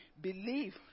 believe